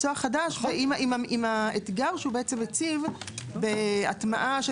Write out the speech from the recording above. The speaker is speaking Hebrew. מקצוע חדש עם האתגר שהוא בעצם מציב בהטמעה של